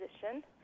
position